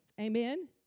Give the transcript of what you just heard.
Amen